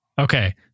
Okay